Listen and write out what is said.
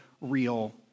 real